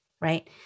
right